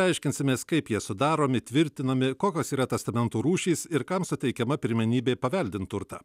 aiškinsimės kaip jie sudaromi tvirtinami kokios yra testamentų rūšys ir kam suteikiama pirmenybė paveldint turtą